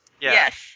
Yes